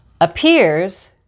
Appears